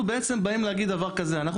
אנחנו בעצם באים להגיד דבר כזה: אנחנו